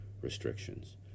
restrictions